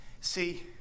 See